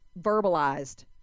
verbalized